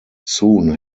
soon